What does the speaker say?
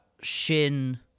Shin